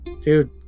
Dude